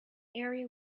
area